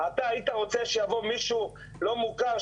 'אתה היית רוצה שיבוא מישהו לא מוכר,